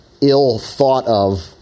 ill-thought-of